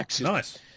Nice